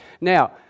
Now